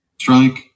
Strike